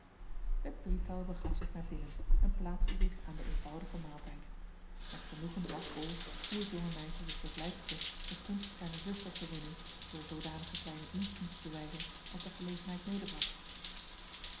het drietal begaf zich naar binnen en plaatste zich aan den eenvoudigen maaltijd met genoegen zag bol hoe het jonge meisje zich bevlijtigde de gunst zijner zuster te winnen door zoodanige kleine diensten te bewijzen als de gelegenheid medebracht